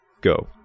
Go